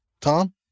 Tom